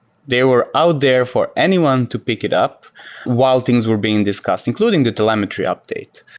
they were out there for anyone to pick it up while things were being discussed, including the telemetry update.